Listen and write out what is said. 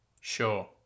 Sure